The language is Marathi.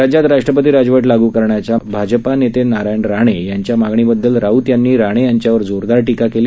राज्यात राष्ट्रपती राजवट लागू करण्याच्या भाजपा नेते नारायण रे यांच्या मागणीबददल राऊत यांनी राणे यांच्यावर जोरदार टीका केली